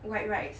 white rice